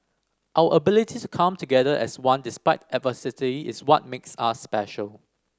our ability to come together as one despite adversity is what makes us special